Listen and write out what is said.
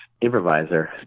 improviser